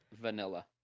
vanilla